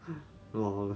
oh